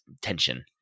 tension